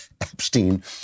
Epstein